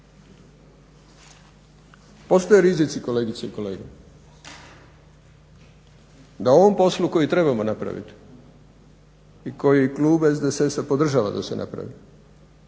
Postoje rizici kolegice i kolege, da o ovom poslu koji trebamo napraviti i koji klub SDSS-a podržava da se napravi